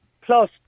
Plus